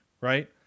Right